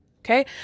Okay